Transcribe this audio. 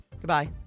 Goodbye